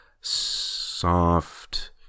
soft